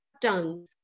done